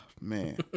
man